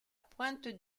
pointe